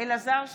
אלעזר שטרן,